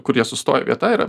kur jie sustoja vieta yra